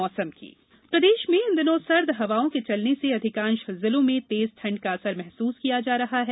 मौसम प्रदेश में इन दिनों सर्द हवाओं के चलने से अधिकांश जिलों में तेज ठंड का असर महसूस किया जा रहा है